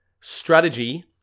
strategy